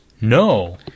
No